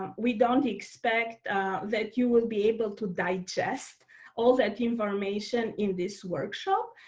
we don't expect that you will be able to digest all that information in this workshop,